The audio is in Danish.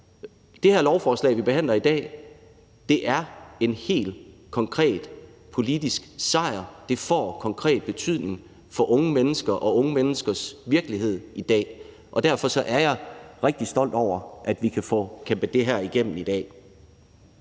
det her lovforslag, vi behandler i dag, er en helt konkret politisk sejr, det får konkret betydning for unge mennesker og unge menneskers virkelighed i dag, og derfor er jeg rigtig stolt af, at vi kan få det her kæmpet igennem i dag.